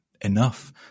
enough